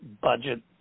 budget